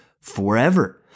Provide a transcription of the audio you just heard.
forever